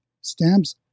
stamps